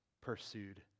pursued